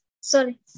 sorry